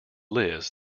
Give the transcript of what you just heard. liz